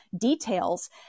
details